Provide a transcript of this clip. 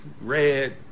red